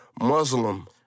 Muslim